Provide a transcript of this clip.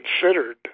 considered